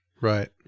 right